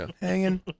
Hanging